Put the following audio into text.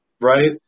right